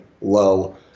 low